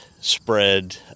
spread